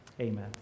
Amen